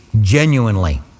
genuinely